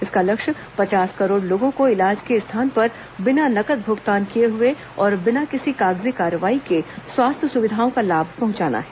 इसका लक्ष्य पचास करोड़ लोगों को इलाज के स्थान पर बिना नकद भुगतान किए हुए और बिना किसी कागजी कार्रवाई के स्वास्थ्य सुविधाओं का लाभ पहुंचाना है